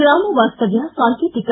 ಗ್ರಾಮವಾಸ್ತವ್ಯ ಸಾಂಕೇತಿಕ